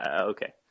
okay